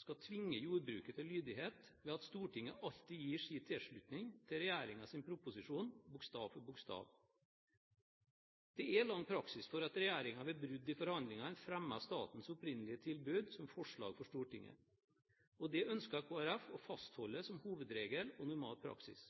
skal tvinge jordbruket til lydighet ved at Stortinget alltid gir sin tilslutning til regjeringens proposisjon bokstav for bokstav. Det er lang praksis for at regjeringen ved brudd i forhandlingene fremmer statens opprinnelige tilbud som forslag for Stortinget. Det ønsker Kristelig Folkeparti å fastholde som hovedregel og normal praksis.